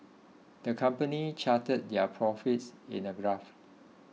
the company charted their profits in a graph